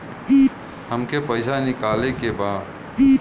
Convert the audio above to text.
हमके पैसा निकाले के बा